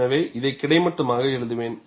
எனவே இதை கிடைமட்டமாக எழுதுவேன்